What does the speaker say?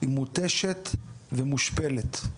היא מותשת ומושפלת.